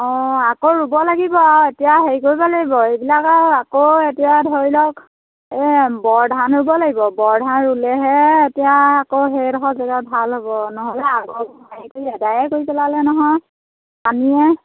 অঁ আকৌ ৰুব লাগিব আৰু এতিয়া হেৰি কৰিব লাগিব এইবিলাক আৰু আকৌ এতিয়া ধৰি লওক এই বৰধান ৰুব লাগিব বৰধান ৰুলেহে এতিয়া আকৌ সেইডোখৰ জেগাত ভাল হ'ব নহ'লে আগৰ হেৰি কৰি এদায়ে কৰি পেলালে নহয় পানীয়ে